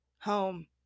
home